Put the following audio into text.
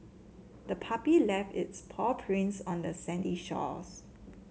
the puppy left its paw prints on the sandy shores